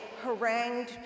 harangued